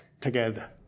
together